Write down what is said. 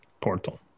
portal